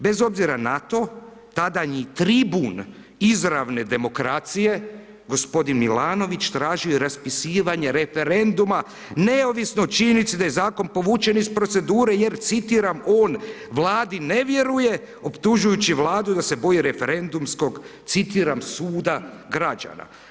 Bez obzira na to tadašnji tribun izravne demokracije gospodin Milanović tražio je raspisivanje referenduma neovisno o činjenici da je zakon povučen iz procedure jer citiram, on Vladi ne vjeruje optužujući Vladu da se boji referendumskog, citiram, suda građana.